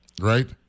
right